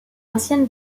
ancienne